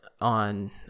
on